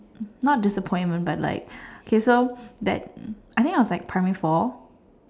not disappointment but like kay so that I think I was primary four